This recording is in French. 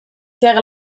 taire